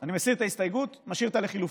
אני מסיר את ההסתייגות ומשאיר את הלחלופין.